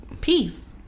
peace